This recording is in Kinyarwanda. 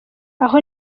aho